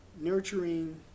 nurturing